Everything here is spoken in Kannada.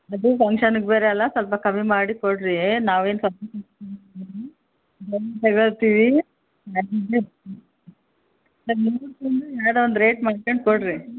ಮಗ್ಳ ಫಂಕ್ಷನಿಗೆ ಬೇರೆ ಎಲ್ಲ ಸ್ವಲ್ಪ ಕಮ್ಮಿ ಮಾಡಿಕೊಡ್ರಿ ನಾವೇನು ಬಂದು ತಗೊಳ್ತಿವಿ ಯಾವುದೊ ಒಂದು ರೇಟ್ ಮಾಡ್ಕ್ಯಂಡು ಕೊಡಿರಿ